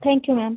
thank you ma'am